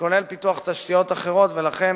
כולל פיתוח תשתיות אחרות, ולכן